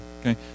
okay